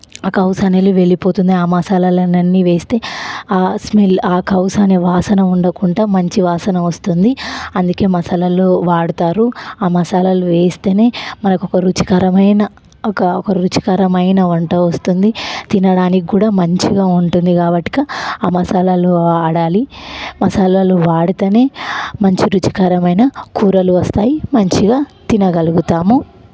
ఆ కౌస్ అనేది వెళ్ళిపోతుంది ఆ మసాలాలు అన్నీ వేస్తే ఆ స్మెల్ ఆ కౌసు అనే వాసన ఉండకుండా మంచి వాసన వస్తుంది అందుకే మసాలాలు వాడుతారు ఆ మసాలాలు వేస్తేనే మనకు ఒక రుచికరమైన ఒక ఒక రుచికరమైన వంట వస్తుంది తినడానికి కూడా మంచిగా ఉంటుంది కాబట్టి ఆ మసాలాలు వాడాలి మసాలాలు వాడితేనే మంచి రుచికరమైన కూరలు వస్తాయి మంచిగా తినగలుగుతాము